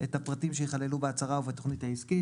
את הפרטים שיכללו בהצהרה ובתוכנית העסקית.